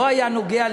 לא נגע,